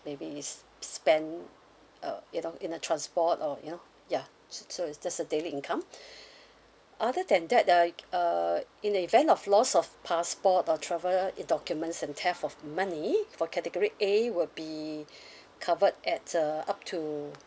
maybe is s~ spend uh you know you know transport or you know ya so so it's just a daily income other than that uh k~ uh in the event of loss of passport or travel and documents and theft of money for category A will be covered at uh up to